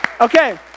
Okay